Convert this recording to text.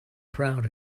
proud